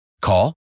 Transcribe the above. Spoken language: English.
Call